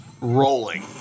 rolling